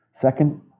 Second